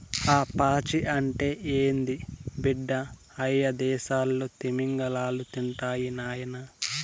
ఆ పాచి అంటే ఏంది బిడ్డ, అయ్యదేసాల్లో తిమింగలాలు తింటాయి నాయనా